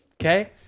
okay